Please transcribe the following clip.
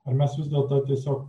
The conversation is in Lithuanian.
ar mes vis dėlto tiesiog